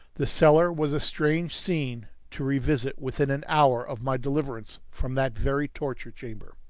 the cellar was a strange scene to revisit within an hour of my deliverance from that very torture-chamber.